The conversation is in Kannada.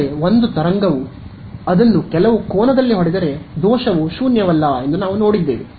ಆದರೆ ಒಂದು ತರಂಗವು ಅದನ್ನು ಕೆಲವು ಕೋನದಲ್ಲಿ ಹೊಡೆದರೆ ದೋಷವು ಶೂನ್ಯವಲ್ಲ ಎಂದು ನಾವು ನೋಡಿದ್ದೇವೆ